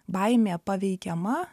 baimė paveikiama